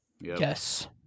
Yes